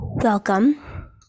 welcome